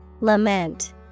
Lament